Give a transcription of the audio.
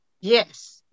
yes